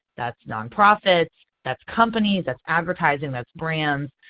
that's nonprofits, that's companies, that's advertising, that's brands.